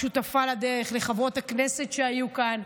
השותפה לדרך, לחברות הכנסת שהיו כאן,